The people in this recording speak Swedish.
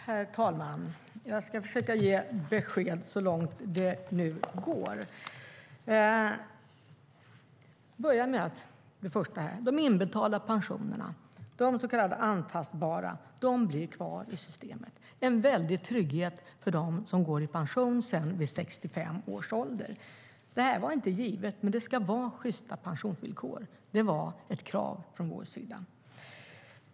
Herr talman! Jag ska försöka ge besked så långt det nu går. Jag börjar med de inbetalda pensionerna. De så kallade antastbara blir kvar i systemet. Det är en väldig trygghet för dem som går i pension vid 65 års ålder. Det var inte givet, men det ska vara sjysta pensionsvillkor. Det var ett krav från vår sida.